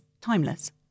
timeless